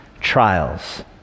trials